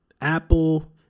apple